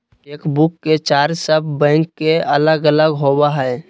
chequebook के charge सब bank के अलग अलग होबा हइ